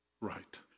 Right